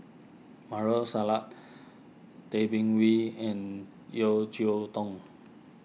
Maarof Salleh Tay Bin Wee and Yeo Cheow Tong